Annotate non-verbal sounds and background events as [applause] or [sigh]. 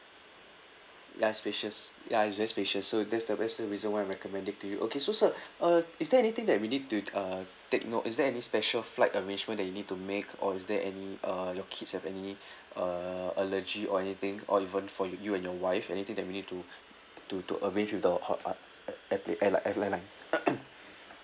less spacious ya it's very spacious so that's a that's the reason why I recommend it to you okay so sir [breath] uh is there anything that we need to uh take note is there any special flight arrangement that you need to make or is there any uh your kids have any [breath] uh allergy or anything or even for you and your wife anything that we need to [breath] to to arrange with our hot~ uh airpla~ airline air~ airline [noise]